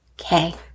Okay